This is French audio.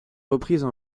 reprises